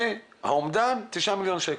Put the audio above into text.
האומן היה 9 מיליון שקל.